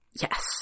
Yes